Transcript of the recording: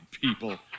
people